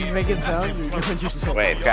Wait